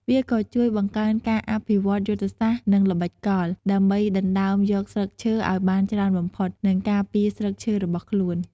វាក៏ជួយបង្កើនការអភិវឌ្ឍយុទ្ធសាស្ត្រ និងល្បិចកល ដើម្បីដណ្ដើមយកស្លឹកឈើឱ្យបានច្រើនបំផុត និងការពារស្លឹកឈើរបស់ខ្លួន។